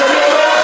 אז אומר לך